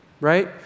right